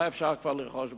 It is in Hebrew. מה כבר אפשר לרכוש בזה?